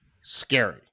scary